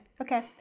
okay